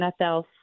NFL